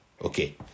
okay